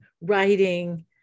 writing